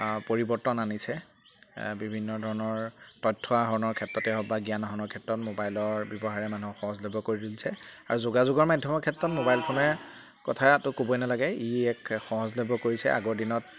পৰিৱৰ্তন আনিছে বিভিন্ন ধৰণৰ তথ্য আহৰণৰ ক্ষেত্ৰতে হওক বা জ্ঞান আহৰণৰ ক্ষেত্ৰত মোবাইলৰ ব্যৱহাৰে মানুহক সহজলভ্য কৰি তুলিছে আৰু যোগাযোগৰ মাধ্যমৰ ক্ষেত্ৰত মোবাইল ফোনে কথাটো ক'বই নালাগে ই এক সহজলভ্য কৰিছে আগৰ দিনত